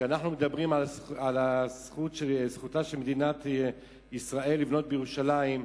כשאנחנו מדברים על זכותה של מדינת ישראל לבנות בירושלים,